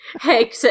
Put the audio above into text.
Hey